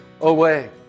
away